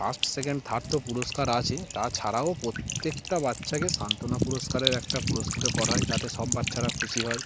first second third তো পুরস্কার আছে তাছাড়াও প্রত্যেকটা বাচ্চাকে সান্ত্বনা পুরস্কারের একটা পুরস্কৃত করা হয় যাতে সব বাচ্চারা খুশি হয়